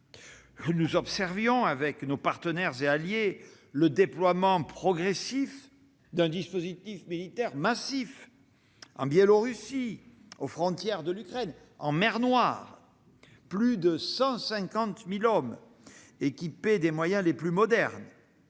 Nous observions avec nos partenaires et alliés le déploiement progressif d'un dispositif militaire massif en Biélorussie, aux frontières de l'Ukraine, en mer Noire : plus de 150 000 hommes, équipés des moyens les plus modernes.